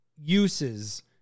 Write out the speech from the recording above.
uses